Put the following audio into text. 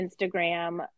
Instagram